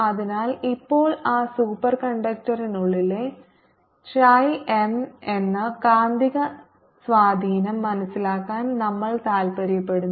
അതിനാൽ ഇപ്പോൾ ആ സൂപ്പർകണ്ടക്ടറിനുള്ളിലെ ചി എം എന്ന കാന്തിക സ്വാധീനം മനസ്സിലാക്കാൻ നമ്മൾ താൽപ്പര്യപ്പെടുന്നു